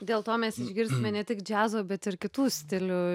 dėl to mes išgirsime ne tik džiazo bet ir kitų stilių